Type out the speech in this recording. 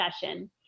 discussion